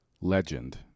Legend